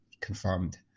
confirmed